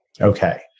Okay